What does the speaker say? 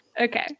Okay